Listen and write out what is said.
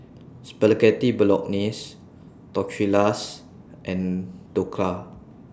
Spaghetti Bolognese Tortillas and Dhokla